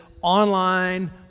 online